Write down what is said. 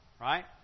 right